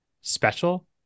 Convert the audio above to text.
special